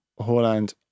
Holland